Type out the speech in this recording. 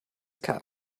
cab